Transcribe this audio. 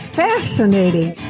fascinating